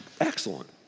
Excellent